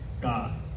God